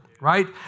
right